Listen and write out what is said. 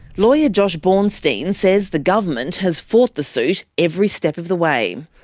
lawyer josh bornstein says the government has fought the suit every step of the way.